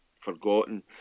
forgotten